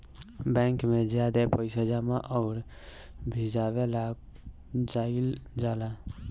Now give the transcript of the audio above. bank में ज्यादे पइसा जमा अउर भजावे ला जाईल जाला